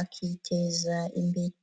akiteza imbere.